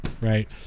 right